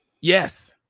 Yes